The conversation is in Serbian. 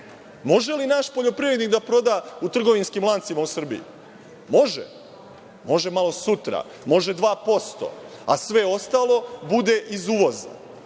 Može li naš poljoprivrednik da proda u trgovinskim lancima u Srbiji? Može, može malo sutra. Može 2%, a sve ostalo bude iz uvoza,